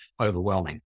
overwhelming